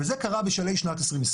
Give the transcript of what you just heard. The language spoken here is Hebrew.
וזה קרה בשלהי שנת 2020,